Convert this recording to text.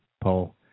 Paul